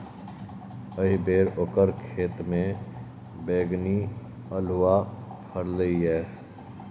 एहिबेर ओकर खेतमे बैगनी अल्हुआ फरलै ये